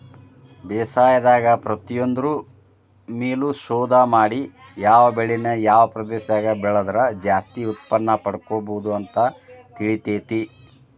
ಬೇಸಾಯದಾಗ ಪ್ರತಿಯೊಂದ್ರು ಮೇಲು ಶೋಧ ಮಾಡಿ ಯಾವ ಬೆಳಿನ ಯಾವ ಪ್ರದೇಶದಾಗ ಬೆಳದ್ರ ಜಾಸ್ತಿ ಉತ್ಪನ್ನಪಡ್ಕೋಬೋದು ಅಂತ ತಿಳಿತೇತಿ